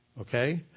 Okay